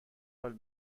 حال